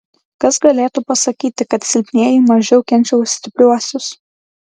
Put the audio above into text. kas galėtų pasakyti kad silpnieji mažiau kenčia už stipriuosius